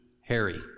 Harry